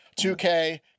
2K